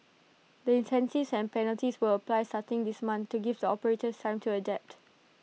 the incentives and penalties will apply starting this month to give the operators time to adapt